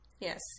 Yes